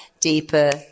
Deeper